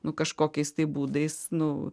nu kažkokiais tai būdais nu